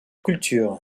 culture